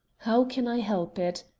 how can i help it?